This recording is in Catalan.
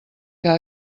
que